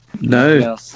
No